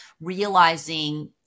realizing